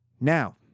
Now